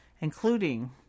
including